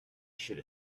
should